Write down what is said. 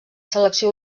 selecció